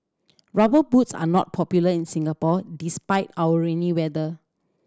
Rubber Boots are not popular in Singapore despite our rainy weather